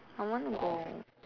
I wanna go